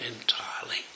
entirely